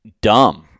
dumb